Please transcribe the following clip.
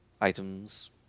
items